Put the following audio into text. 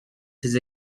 ses